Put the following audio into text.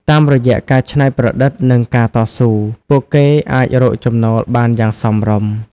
តាមរយៈការច្នៃប្រឌិតនិងការតស៊ូ ពួកគេអាចរកចំណូលបានយ៉ាងសមរម្យ។